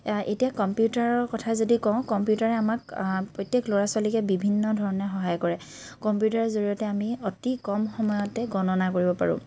এতিয়া কম্পিউটাৰৰ কথাই যদি কওঁ কম্পিউটাৰে আমাক প্ৰত্যেক ল'ৰা ছোৱালীকে বিভিন্ন ধৰণে সহায় কৰে কম্পিউটাৰৰ জৰিয়তে আমি অতি কম সময়তে গণনা কৰিব পাৰোঁ